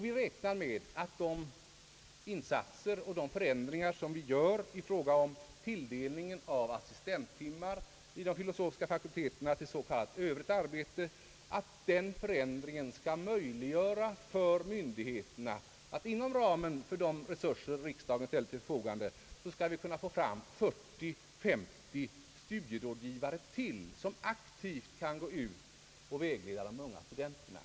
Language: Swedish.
Vi räknar med att de insatser och de förändringar vi gör i fråga om tilldelningen av assistenttimmar vid de filosofiska fakulteterna till s.k. övrigt arbete skall möjliggöra för myndigheterna att inom ramen för de resurser riksdagen ställt till förfogande få fram 40—50 studierådgivare till, som aktivt kan gå ut och vägleda de unga studenterna.